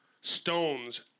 stones